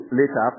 later